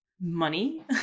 money